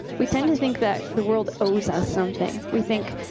we tend to think that the world owes us something. we think,